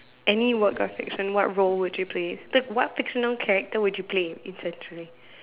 any work of fiction what role would you play the what fictional character would you play essentially